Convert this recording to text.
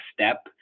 step